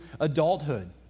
adulthood